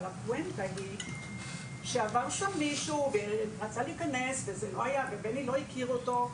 אבל הפואנטה היא שעבר שם מישהו רצה להיכנס ובני לא הכיר אותו,